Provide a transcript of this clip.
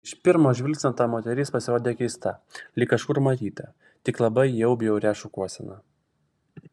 iš pirmo žvilgsnio ta moteris pasirodė keista lyg kažkur matyta tik labai jau bjauria šukuosena